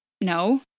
No